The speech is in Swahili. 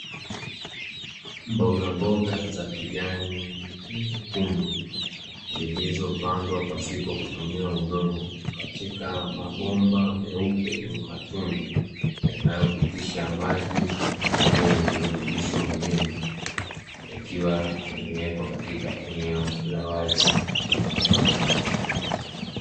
Mboga mboga za kijani nyekundu zilizobandwa pasipo kutumia udongo katika mabomba meupe yenye matundu yanayopitisha maji yenye virutubisho muhimu, ikiwa yamewekwa katika eneo la wazi.